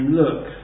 look